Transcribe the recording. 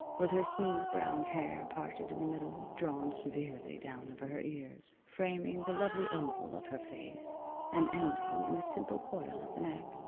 with her smooth brown hair parted in the middle, drawn severely down over her ears, framing the lovely oval of her face and ending in a simple coil at the neck.